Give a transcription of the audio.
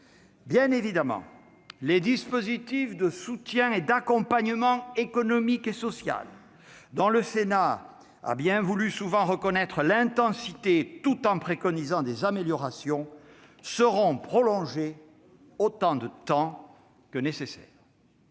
Bien évidemment, les dispositifs de soutien et d'accompagnement économique et social, dont le Sénat a bien voulu reconnaître l'intensité, tout en préconisant des améliorations, seront prolongés autant de temps que nécessaire.